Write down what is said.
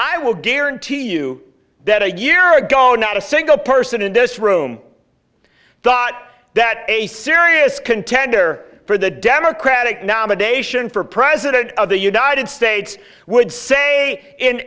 i will guarantee you that a year ago not a single person in this room i thought that a serious contender for the democratic nomination for president of the united states would say in